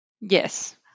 Yes